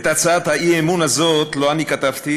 את הצעת האי-אמון הזאת לא אני כתבתי,